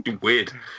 Weird